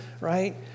right